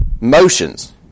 motions